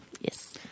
Yes